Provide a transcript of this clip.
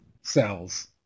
cells